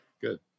good